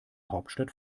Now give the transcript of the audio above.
hauptstadt